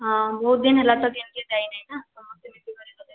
ହଁ ବହୁତ୍ ଦିନ୍ ହେଲା ତ କେନ୍କେ ଯାଇ ନାଇ ନା ସମସ୍ତେ ମିଶିକରି ଗଲେ